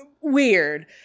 Weird